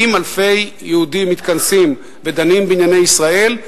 ואם אלפי יהודים מתכנסים ודנים בענייני ישראל,